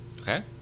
Okay